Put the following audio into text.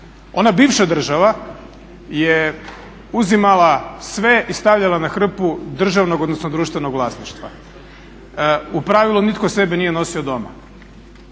Ona bivša država je uzimala sve i stavljala na hrpu državnog odnosno društvenog vlasništva. U pravilu nitko sebi nije nosio doma,